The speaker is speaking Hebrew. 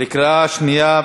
בקריאה שנייה